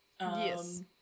Yes